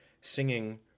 singing